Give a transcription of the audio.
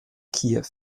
kiew